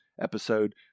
episode